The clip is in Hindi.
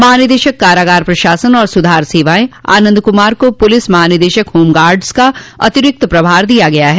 महानिदेशक कारागार प्रशासन एवं सुधार सेवाएं आनन्द कुमार को पुलिस महानिदेशक होमगार्ड्स का अतिरिक्त प्रभार दिया गया है